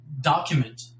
document